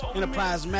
Enterprise